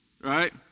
Right